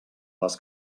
les